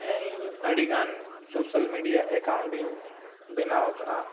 ᱦᱮᱸ ᱤᱧ ᱟᱹᱰᱤᱜᱟᱱ ᱥᱳᱥᱟᱞ ᱢᱤᱰᱤᱭᱟ ᱮᱠᱟᱣᱩᱱᱴ ᱤᱧ ᱵᱮᱱᱟᱣ ᱟᱠᱟᱫᱼᱟ